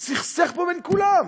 סכסך פה בין כולם,